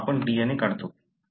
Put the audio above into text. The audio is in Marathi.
मुळात आपण DNA काढतो